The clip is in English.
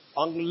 ang